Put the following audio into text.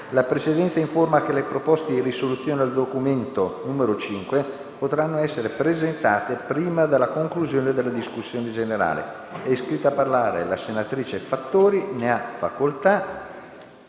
La Presidenza informa che le proposte di risoluzione al documento LXXXVII, n. 5, potranno essere presentate prima della conclusione della discussione generale. È iscritta a parlare la senatrice Fattori. Stante